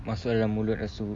masuk dalam mulut rasa